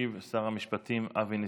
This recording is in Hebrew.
וישיב שר המשפטים אבי ניסנקורן.